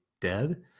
dead